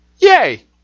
yay